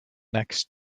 next